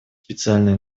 специальную